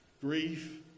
Grief